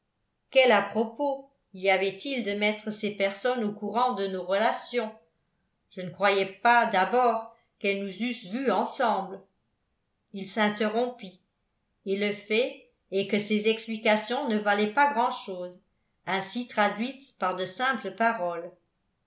quel à propos y avait-il de mettre ces personnes au courant de nos relations je ne croyais pas d'abord qu'elles nous eussent vus ensemble il s'interrompit et le fait est que ses explications ne valaient pas grand'chose ainsi traduites par de simples paroles